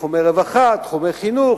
תחומי חינוך,